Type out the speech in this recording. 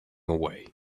away